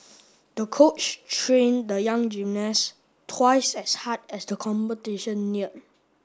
the coach trained the young gymnast twice as hard as the competition neared